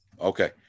Okay